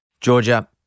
Georgia